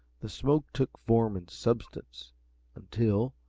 the smoke took form and substance until,